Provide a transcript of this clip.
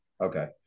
Okay